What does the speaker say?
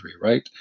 right